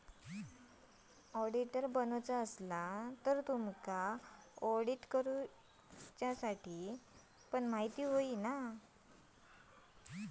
auditor बनुच्यासाठी तुमका audit करूची पण म्हायती होई